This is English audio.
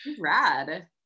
Rad